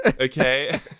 okay